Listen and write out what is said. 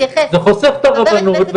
זה חוסך את הרבנות.